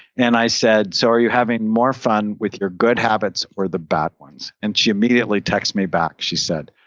and i said, so are you having more fun with your good habits or the bad ones? and she immediately text me back. she said,